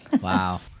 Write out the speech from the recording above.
Wow